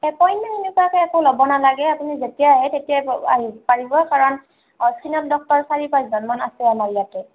appointment তেনেকৈটো একো ল'ব নালাগে আপুনি যেতিয়া আহে তেতিয়াই পাব পাৰিব কাৰণ স্কিণৰ ডক্টৰ চাৰি পাঁচজন মান আছে আমাৰ ইয়াতে